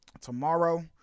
Tomorrow